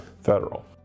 federal